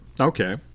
okay